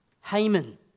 Haman